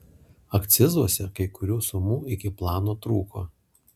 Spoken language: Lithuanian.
akcizuose kai kurių sumų iki plano trūko